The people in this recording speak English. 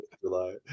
July